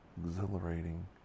Exhilarating